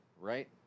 right